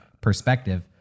perspective